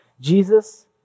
Jesus